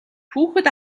хүүхэд